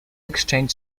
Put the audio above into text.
exchange